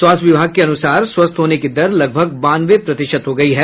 स्वास्थ्य विभाग के अनुसार स्वस्थ होने की दर लगभग बानवे प्रतिशत हो गयी है